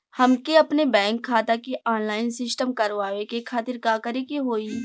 हमके अपने बैंक खाता के ऑनलाइन सिस्टम करवावे के खातिर का करे के होई?